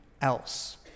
else